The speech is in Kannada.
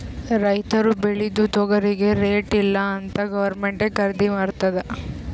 ರೈತುರ್ ಬೇಳ್ದಿದು ತೊಗರಿಗಿ ರೇಟ್ ಇಲ್ಲ ಅಂತ್ ಗೌರ್ಮೆಂಟೇ ಖರ್ದಿ ಮಾಡ್ತುದ್